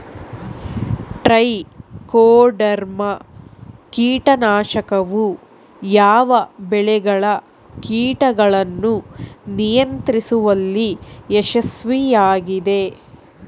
Trichoderma ಕೇಟನಾಶಕವು ಯಾವ ಬೆಳೆಗಳ ಕೇಟಗಳನ್ನು ನಿಯಂತ್ರಿಸುವಲ್ಲಿ ಯಶಸ್ವಿಯಾಗಿದೆ?